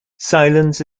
silence